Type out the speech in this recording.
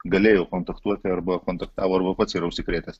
galėjo kontaktuoti arba kontaktavo arba pats yra užsikrėtęs